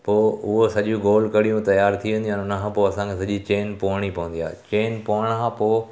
पोइ उहो सॼियूं गोल कड़ियूं तयारु थी वेंदियूं आहिनि उन खां पोइ असांखे सॼी चैन पवणी पवंदी आहे चैन पवण खां पोइ